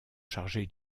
chargé